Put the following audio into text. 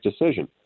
decision